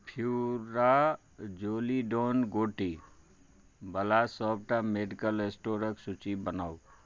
furazolidone गोटीवला सभटा medical स्टोरक सूची बनाउ